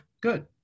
good